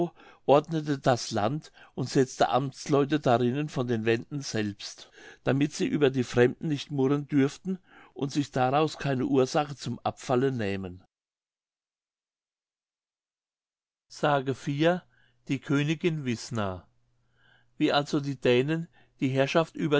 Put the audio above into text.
ordnete das land und setzte amtleute darinnen von den wenden selbst damit sie über die fremden nicht murren dürften und sich daraus keine ursache zum abfallen nähmen th kantzow pomerania i s die königin wißna wie also die dänen die herrschaft